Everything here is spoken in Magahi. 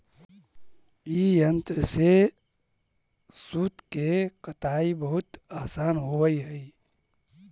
ई यन्त्र से सूत के कताई बहुत आसान होवऽ हई